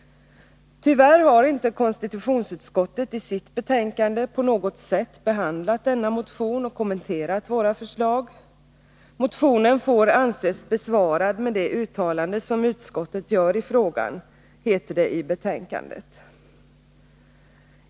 Tyvärr har inte konstitutionsutskottet i sitt betänkande på något sätt behandlat denna motion eller kommenterat dess förslag. Motionen får anses besvarad med det uttalande som utskottet gör i frågan, heter det i betänkandet.